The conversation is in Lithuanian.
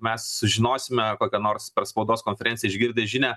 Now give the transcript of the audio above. mes sužinosime kokią nors per spaudos konferenciją išgirdę žinią